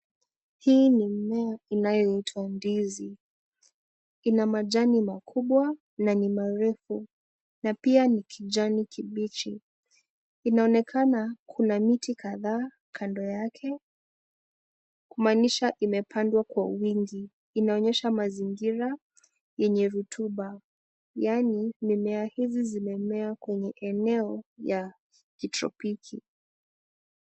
Hii ni mmea inayo itwa ndizi. Ina majani makubwa na ni marefu na pia ni kijani kibichi, inaonekana kuna miti kadhaa kando yake, kumaanisha imepandwa kwa wingi inaonyesha mazingira yenye rotuba yaani mimea hizi zimemea kwenye eneo ya kitropiki.